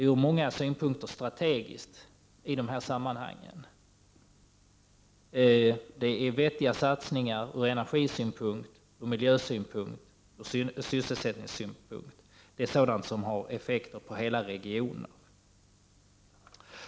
Det är från många synpunkter strategiskt i det här sammanhanget. Det är vettiga satsningar från energisynpunkt, från miljösynpunkt och från sysselsättningssynpunkt. Det är sådant som har effekter på hela regioner.